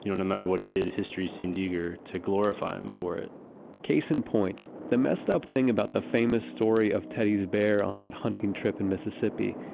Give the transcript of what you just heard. you know matter what he did, history seemed eager to glorify him for it case in point, the messed up thing about the famous story of teddy's bear on that hunting trip in mississippi,